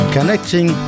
Connecting